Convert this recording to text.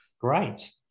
Great